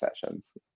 sessions